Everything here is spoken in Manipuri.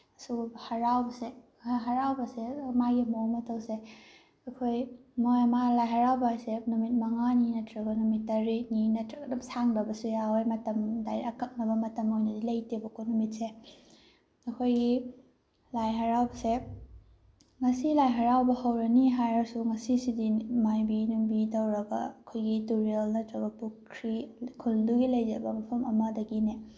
ꯍꯔꯥꯎꯕꯁꯦ ꯍꯔꯥꯎꯕꯁꯦ ꯃꯥꯒꯤ ꯃꯑꯣꯡ ꯃꯇꯧꯁꯦ ꯑꯩꯈꯣꯏ ꯂꯥꯏ ꯍꯔꯥꯎꯕ ꯑꯁꯦ ꯅꯨꯃꯤꯠ ꯃꯉꯥꯅꯤ ꯅꯠꯇ꯭ꯔꯒ ꯅꯨꯃꯤꯠ ꯇꯔꯦꯠꯅꯤ ꯅꯠꯇ꯭ꯔꯒ ꯑꯗꯨꯝ ꯁꯥꯡꯊꯕꯁꯨ ꯌꯥꯎꯋꯦ ꯃꯇꯝ ꯗꯥꯏꯔꯦꯛ ꯑꯀꯛꯅꯕ ꯃꯇꯝ ꯑꯣꯏꯅꯗꯤ ꯂꯩꯇꯦꯕꯀꯣ ꯅꯨꯃꯤꯠꯁꯦ ꯑꯩꯈꯣꯏꯒꯤ ꯂꯥꯏ ꯍꯔꯥꯎꯕꯁꯦ ꯉꯁꯤ ꯂꯥꯏ ꯍꯔꯥꯎꯕ ꯍꯧꯔꯅꯤ ꯍꯥꯏꯔꯁꯨ ꯉꯁꯤꯁꯤꯗꯤ ꯃꯥꯏꯕꯤ ꯅꯨꯡꯕꯤ ꯇꯧꯔꯒ ꯑꯩꯈꯣꯏꯒꯤ ꯇꯨꯔꯦꯜ ꯅꯠꯇ꯭ꯔꯒ ꯄꯨꯈ꯭ꯔꯤ ꯈꯨꯜꯗꯨꯒꯤ ꯂꯩꯖꯕ ꯃꯐꯝ ꯑꯃꯗꯒꯤꯅꯦ